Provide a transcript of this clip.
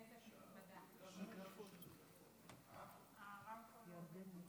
כנסת נכבדה, הרמקול לא עובד.